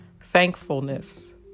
thankfulness